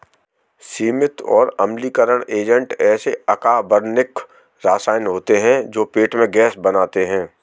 सीमित और अम्लीकरण एजेंट ऐसे अकार्बनिक रसायन होते हैं जो पेट में गैस बनाते हैं